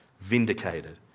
vindicated